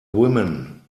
women